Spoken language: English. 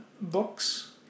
books